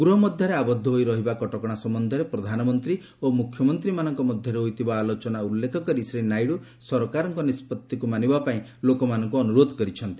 ଗୃହ ମଧ୍ୟରେ ଆବଦ୍ଧ ହୋଇ ରହିବା କଟକଣା ସମ୍ୟନ୍ଧରେ ପ୍ରଧାନମନ୍ତ୍ରୀ ଓ ମୁଖ୍ୟମନ୍ତ୍ରୀମାନଙ୍କ ମଧ୍ୟରେ ହୋଇଥିବା ଆଲୋଚନାର ଉଲ୍ଲେଖ କରି ଶ୍ରୀ ନାଇଡ଼ ସରକାରଙ୍କର ନିଷ୍ପଭିକ୍ତ ମାନିବା ପାଇଁ ଲୋକମାନଙ୍କୁ ଅନ୍ତରୋଧ କରିଛନ୍ତି